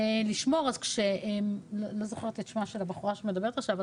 לשמוע - לא זוכרת את שמה של הבחורה שמדברת עכשיו - אבל